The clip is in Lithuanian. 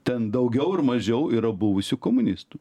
ten daugiau ar mažiau yra buvusių komunistų